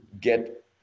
get